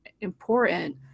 important